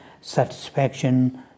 satisfaction